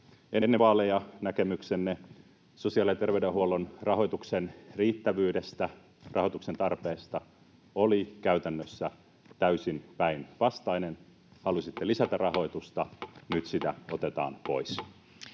Ennen vaaleja näkemyksenne sosiaali‑ ja terveydenhuollon rahoituksen riittävyydestä, rahoituksen tarpeesta, oli käytännössä täysin päinvastainen. Halusitte lisätä rahoitusta, nyt sitä otetaan pois.